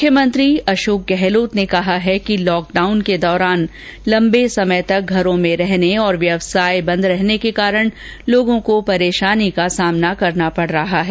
मुख्यमंत्री अषोक गहलोत ने कहा है कि लॉकडाउन के दौरान लंबे समय तक घरों में रहने और व्यवसाय बंद रहने के कारण लोगों को परेशानी का सामना करना पड़ रहा है